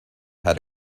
had